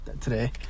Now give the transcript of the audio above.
today